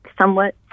somewhat